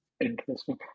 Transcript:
interesting